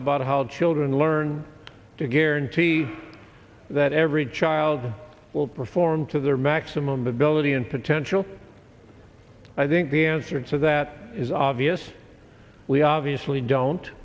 about how children learn to guarantee that every child will perform to their maximum ability and potential i think the answer and so that is obvious we obviously don't